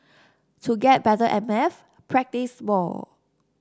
to get better at maths practise more